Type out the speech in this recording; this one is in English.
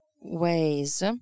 ways